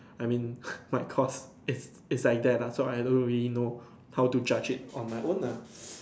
I mean my course it's it's like that lah so I don't really know how to judge it on my own nah